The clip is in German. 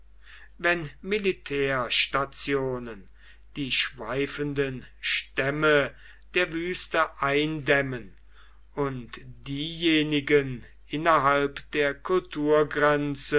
wenn militärstationen die schweifenden stämme der wüste eindämmen und diejenigen innerhalb der